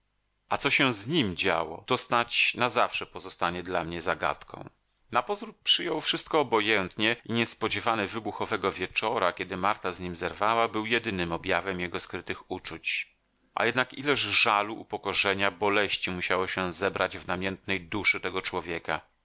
a co się z nim działo to snadź na zawsze pozostanie dla mnie zagadką na pozór przyjął wszystko obojętnie i niespodziewany wybuch owego wieczora kiedy marta z nim zerwała byt jedynym objawem jego skrytych uczuć a jednak ileż żalu upokorzenia boleści musiało się zebrać w namiętnej duszy tego człowieka